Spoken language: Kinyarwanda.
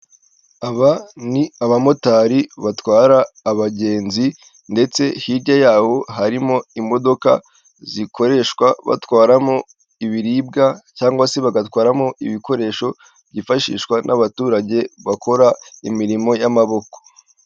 Aba ni abamotari batwara abagenzi ndetse hirya yabo harimo imodoka zikoreshwa batwaramo ibiribwa cyangwa se bagatwaramo ibikoresho byifashishwa n'abaturage bakora imirimo y'amaboko.